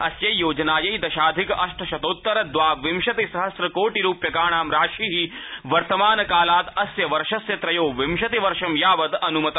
अस्यै योजनायै दशाधिक अष्टशतोत्तर द्वाविंशति सहम्र कोटि रूप्यकाणां शशिः वर्तमान कालात् अस्य वर्षस्य त्रयोविंशति वर्ष यावत् अनुमतः